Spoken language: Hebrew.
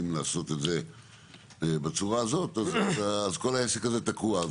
לעשות את זה בצורה הזאת אז כל העסק הזה תקוע.